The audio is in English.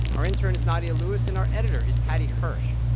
our intern is nadia lewis. and our editor is paddy hirsch.